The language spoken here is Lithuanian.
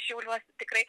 šiauliuos tikrai